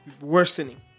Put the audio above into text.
worsening